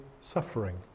suffering